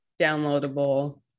downloadable